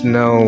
no